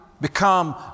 become